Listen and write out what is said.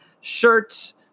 shirts